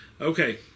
Okay